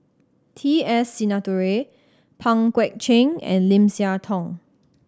T S Sinnathuray Pang Guek Cheng and Lim Siah Tong